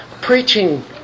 preaching